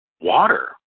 water